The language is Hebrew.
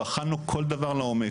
בחנו כל דבר לעומק,